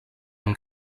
amb